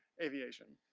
aviation.